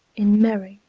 in merry,